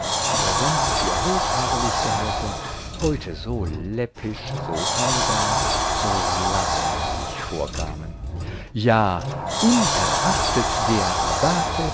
die er sonst für hochherrlich gehalten heute so läppisch so albern so langweilig vorkamen ja unerachtet der